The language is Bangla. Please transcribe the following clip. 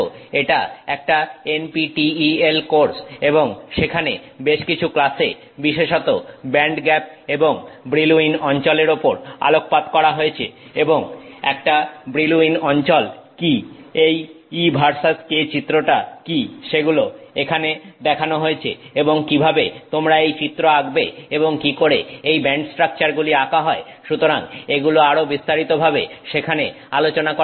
এটা একটা NPTEL কোর্স এবং সেখানে বেশ কিছু ক্লাসে বিশেষত ব্যান্ডগ্যাপ এবং ব্রিলউইন অঞ্চলের উপর আলোকপাত করা হয়েছে এবং একটা ব্রিলউইন অঞ্চল কি এই E ভার্সেস k চিত্রটা কি সেগুলো এখানে দেখানো হয়েছে এবং কিভাবে তোমরা এই চিত্র আঁকবে এবং কি করে এই ব্যান্ড স্ট্রাকচারগুলি আঁকা হয় সুতরাং এগুলো আরো বেশি বিস্তারিতভাবে সেখানে আলোচনা করা হয়েছে